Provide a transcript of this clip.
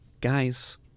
Guys